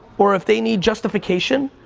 or if they need justification,